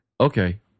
okay